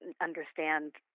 understand